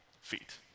feet